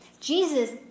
Jesus